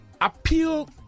appeal